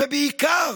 ובעיקר